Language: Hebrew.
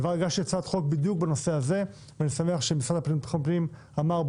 הגשתי הצעת חוק בדיוק בנושא הזה ואני שמח שהמשרד לביטחון הפנים אמר,